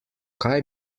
kaj